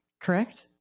Correct